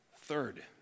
Third